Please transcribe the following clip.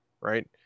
right